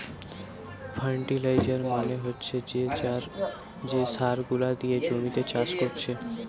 fertiliser মানে হচ্ছে যে সার গুলা দিয়ে জমিতে চাষ কোরছে